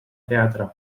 teatre